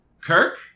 Kirk